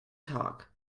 tag